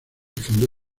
fundó